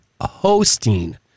hosting